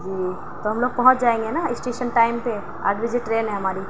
جی تو ہم لوگ پہنچ جائیں گے نہ اسٹیشن ٹائم پے آٹھ بجے ٹرین ہے ہماری